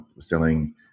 selling